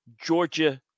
Georgia